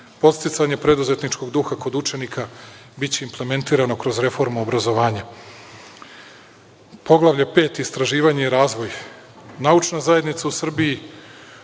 Podsticanje preduzetničkog duha kod učenika biće implementirano kroz reformu obrazovanja. Poglavlje V - istraživanje i razvoj. Naučna zajednica u Srbiji,